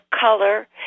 color